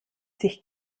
sich